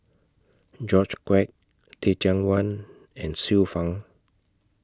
George Quek Teh Cheang Wan and Xiu Fang